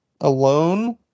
alone